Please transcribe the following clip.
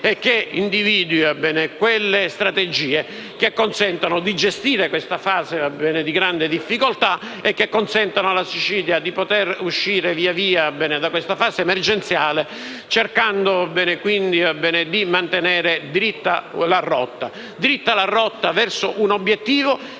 che individui quelle strategie che consentano di gestire questa fase di grande difficoltà e consentano alla Sicilia di uscire progressivamente da questa fase emergenziale, cercando di mantenere dritta la rotta verso un obiettivo